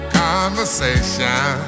conversation